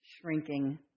shrinking